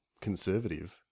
conservative